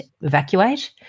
evacuate